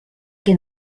che